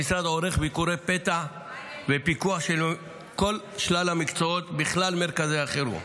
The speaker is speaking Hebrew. המשרד עורך ביקורי פתע לפיקוח של כל שלל המקצועות בכלל מרכזי החירום,